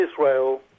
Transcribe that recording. Israel